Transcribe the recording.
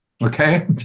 Okay